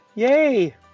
Yay